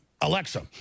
alexa